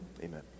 amen